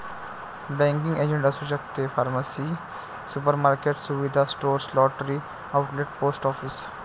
banking agent असू शकते pharmacy supermarket सुविधा store lottery outlet post office